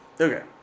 okay